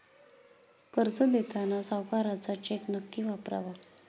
कर्ज देताना सावकाराचा चेक नक्की वापरावा